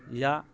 या